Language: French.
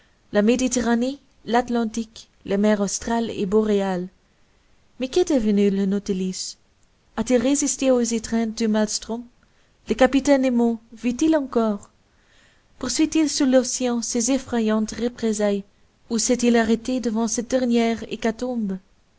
la méditerranée l'atlantique les mers australes et boréales mais qu'est devenu le nautilus a-t-il résisté aux étreintes du maelstrom le capitaine nemo vit-il encore poursuit il sous l'océan ses effrayantes représailles ou s'est-il arrêté devant cette dernière hécatombe